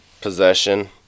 possession